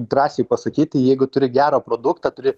drąsiai pasakyti jeigu turi gerą produktą turi